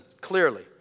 clearly